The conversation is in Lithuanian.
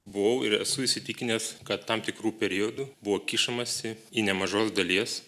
buvau ir esu įsitikinęs kad tam tikru periodu buvo kišamasi į nemažos dalies